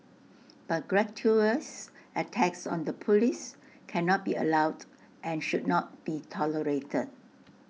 but gratuitous attacks on the Police cannot be allowed and should not be tolerated